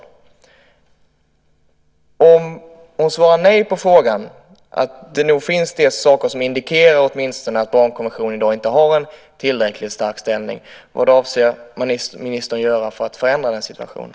Om ministern svarar nej på frågan, att det finns en del saker som åtminstone indikerar att barnkonventionen i dag inte har en tillräckligt stark ställning, vad avser ministern att göra för att förändra den situationen?